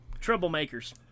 troublemakers